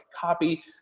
copy